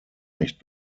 nicht